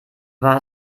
war